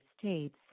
States